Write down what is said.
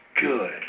good